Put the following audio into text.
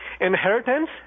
inheritance